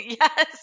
Yes